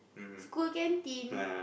school canteen